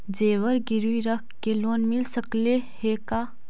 जेबर गिरबी रख के लोन मिल सकले हे का?